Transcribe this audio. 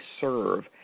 serve